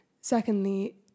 secondly